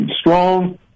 strong